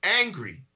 angry